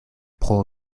pro